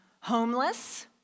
homeless